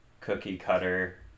cookie-cutter